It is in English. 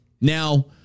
Now